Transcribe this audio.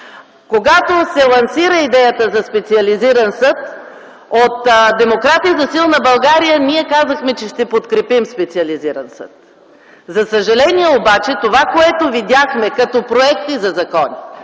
Когато се лансира идеята за специализиран съд, от Демократи за силна България ние казахме, че ще подкрепим специализиран съд. За съжаление обаче това, което видяхме като проекти за закони,